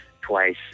twice